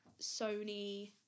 Sony